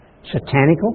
satanical